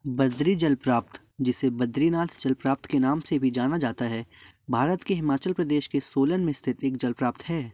बद्री जलप्रपात जिसे बद्रीनाथ जलप्रपात के नाम से भी जाना जाता है भारत के हिमाचल प्रदेश के सोलन में स्थित एक जलप्रपात है